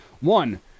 one